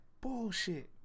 bullshit